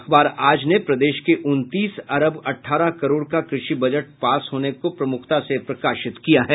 अखबार आज ने प्रदेश के उनतीस अरब अठारह करोड़ का कृषि बजट पास को प्रमुख से प्रकाशित किया है